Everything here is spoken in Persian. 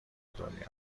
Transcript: دنیا